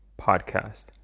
Podcast